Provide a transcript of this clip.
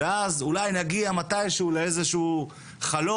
ואז אולי נגיע מתי שהוא לאיזה שהוא חלום,